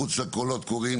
מחוץ לקולות קוראים,